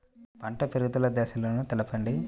పంట పెరుగుదల దశలను తెలపండి?